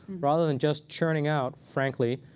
rather than just churning out, frankly,